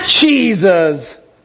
Jesus